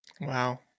Wow